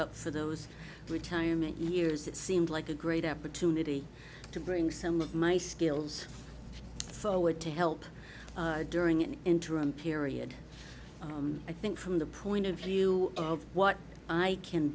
up for those retirement years it seemed like a great opportunity to bring some of my skills forward to help during an interim period and i think from the point of view of what i can